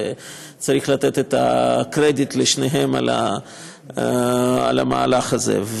וצריך לתת את הקרדיט לשניהם על המהלך הזה,